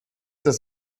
das